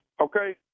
Okay